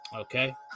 Okay